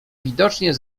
widocznie